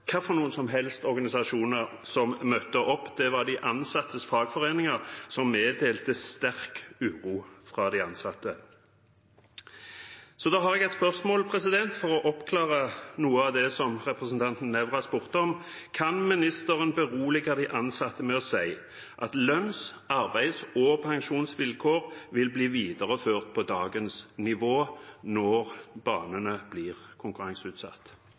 som helst organisasjoner som møtte opp. Det var de ansattes fagforeninger, som meddelte sterk uro fra de ansatte. Da har jeg et spørsmål, for å oppklare noe av det som representanten Nævra spurte om: Kan ministeren berolige de ansatte med å si at lønns-, arbeids- og pensjonsvilkår vil bli videreført på dagens nivå når banene blir konkurranseutsatt?